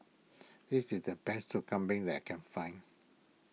this is the best Sup Kambing that I can find